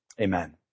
Amen